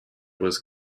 was